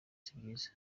sibyiza